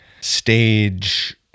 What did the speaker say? stage